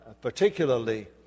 particularly